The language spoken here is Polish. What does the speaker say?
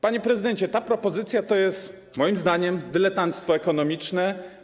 Panie prezydencie, ta propozycja to jest moim zdaniem dyletanctwo ekonomiczne.